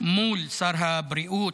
מול שר הבריאות,